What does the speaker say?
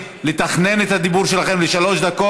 לתכנן את הדיבור שלכם לשלוש דקות.